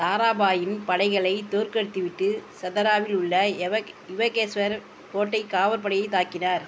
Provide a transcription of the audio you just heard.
தாராபாயின் படைகளைத் தோற்கடித்துவிட்டு சதாராவில் உள்ள யுவதேஷ்வர் கோட்டைக் காவற்படையைத் தாக்கினார்